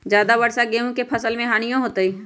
ज्यादा वर्षा गेंहू के फसल मे हानियों होतेई?